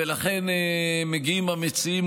ולכן מגיעים המציעים,